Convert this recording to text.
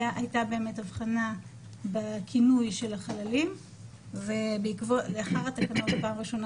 הייתה הבחנה בכינוי של החללים ולאחר התקנות פעם ראשונה